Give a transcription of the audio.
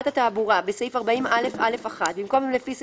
"תיקון פקודת התעבורה 16. בפקודת התעבורה,